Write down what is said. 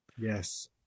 Yes